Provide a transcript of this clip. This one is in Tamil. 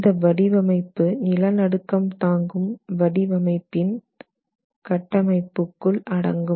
இந்த வடிவமைப்பு நிலநடுக்கம் தாங்கும் வடிவமைப்பின் கட்டமைப்புக்குள் அடங்கும்